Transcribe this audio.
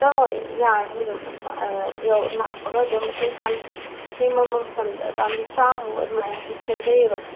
ꯆꯪꯂꯣꯏ ꯌꯥꯅꯤ ꯑꯗꯨꯝ ꯑꯥ ꯂꯥꯛꯄꯒ ꯑꯗꯨꯝ ꯑꯩꯈꯣꯏ ꯄꯥꯝꯕꯤ ꯁꯦꯝꯕ ꯃꯇꯝꯗ ꯄꯥꯝꯕꯤ ꯆꯥꯝꯃꯨꯛ ꯑꯗꯨꯃꯥꯏꯅ ꯁꯦꯝꯖꯩꯌꯦꯕ